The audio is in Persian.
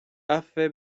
عفو